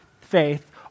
faith